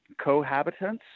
cohabitants